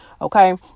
Okay